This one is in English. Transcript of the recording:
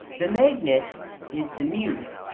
the magnet is the muse,